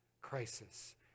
crisis